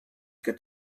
good